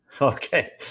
Okay